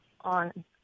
on